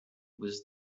was